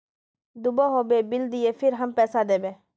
दूबा होबे बिल दियो फिर हम पैसा देबे?